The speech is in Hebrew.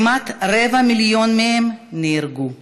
כמעט רבע מיליון מהם נהרגו.